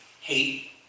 hate